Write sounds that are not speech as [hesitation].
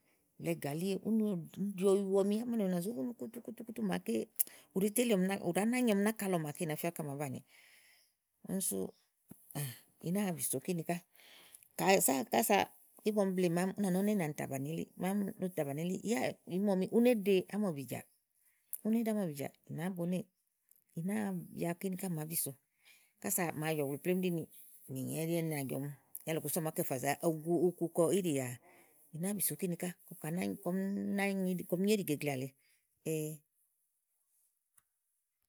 blɛ̀ɛ gàlì éè, úni ún ɖi ɔyu ɔm ámènù èle nà zó gúnu kutu kutu kutu máa ke ù ɖe té ti ɔm náka, ù ɖàá nànyi ɔm náka lɔ màáa ké ì na fía ígbɔ ke à má bàni, úni súù, ì nàáa bìso kíni ka, úni kása igbɔ ɔm bleè ùŋò àámi nénàni tà bàni elíì, màám ni ù tà bàni elíì. Yá u ìí mu ɔmi né ɖe ámɔ̀ bìjà, Ì nàá bonéè, ì náa ya kini ká à má bìso. Kása màa jɔ̀ blù plém ɖí ni mìnyè ɛɖí na jɔ̀ n, yá lɔku sú á màá kc ò zo fo gu uku kɔ ígì yàà ì náa bìso kí ni ká, kɔm nyó ìɖì gèeglea lèe. [hesitation]